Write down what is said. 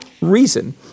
reason